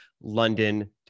London